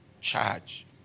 charge